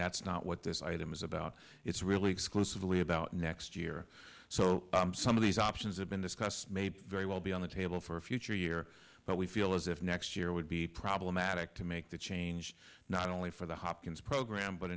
that's not what this item is about it's really exclusively about next year so some of these options have been discussed made very well be on the table for a future year but we feel as if next year would be problematic to make that change not only for the hopkins program but